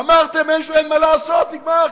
אמרתם: אין מה לעשות, נגמר.